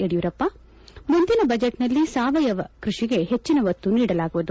ಯಡಿಯೂರಪ್ಪ ಮುಂದಿನ ಬಜೆಟ್ನಲ್ಲಿ ಸಾವಯವ ಕೃಷಿಗೆ ಹೆಚ್ಚಿನ ಒತ್ತು ನೀಡಲಾಗುವುದು